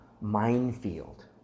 minefield